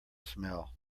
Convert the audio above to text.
smell